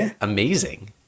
amazing